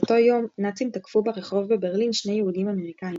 באותו יום נאצים תקפו ברחוב בברלין שני יהודים אמריקאים.